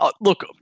look